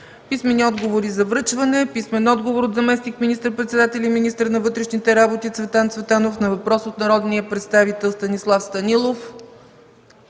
Писмени отговори за връчване: - от заместник министър-председателя и министър на вътрешните работи Цветан Цветанов на въпрос от народния представител Станислав Станилов;